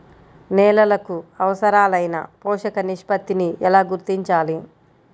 నేలలకు అవసరాలైన పోషక నిష్పత్తిని ఎలా గుర్తించాలి?